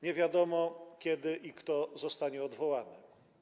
Nie wiadomo, kiedy i kto zostanie odwołany.